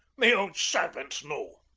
me own servants know.